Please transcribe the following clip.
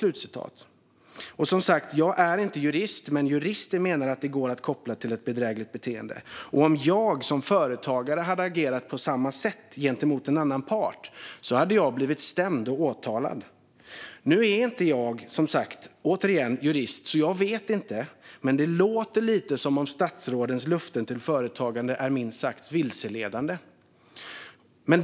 Jag är som sagt inte jurist, men jurister menar att detta går att koppla till bedrägligt beteende. Och om jag som företagare hade agerat på samma sätt gentemot en annan part, då hade jag blivit stämd och åtalad. Jag är som återigen sagt inte jurist, så jag vet inte, men det låter lite som om statsrådens löften till företagen är minst sagt vilseledande.